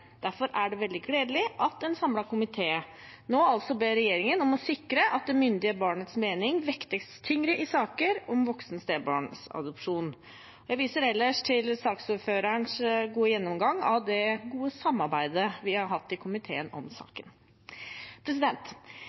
Derfor er det veldig gledelig at en samlet komité nå ber regjeringen om å sikre at det myndige barnets mening vektes tyngre i saker om voksen stebarnsadopsjon. Jeg viser ellers til saksordførerens gode gjennomgang av det gode samarbeidet vi har hatt om saken i komiteen.